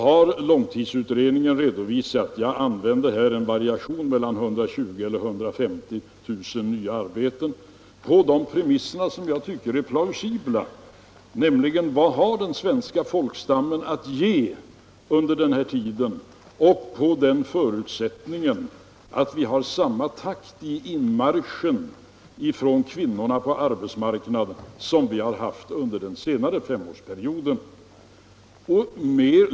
Långtidsutredningen har redovisat en variation mellan 120 000 och 150 000 nya arbeten på premisser som jag tycker är plausibla. Utgångspunkten måste nämligen vara vad den svenska folkstammen har att ge under den här tiden, under förutsättning av att vi har samma takt i inmarschen från kvinnorna på arbetsmarknaden som vi haft under den senare femårsperioden.